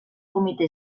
comitè